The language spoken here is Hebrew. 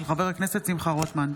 של חבר הכנסת שמחה רוטמן.